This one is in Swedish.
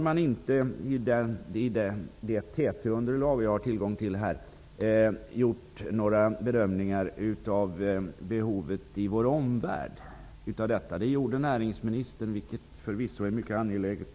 I det TT-underlag jag har tillgång till har man inte gjort några bedömningar av behovet av detta i vår omvärld. Det gjorde däremot näringsministern, vilket förvisso är mycket angeläget.